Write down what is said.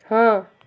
ହଁ